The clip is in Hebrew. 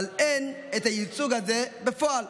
אבל אין את הייצוג הזה בפועל,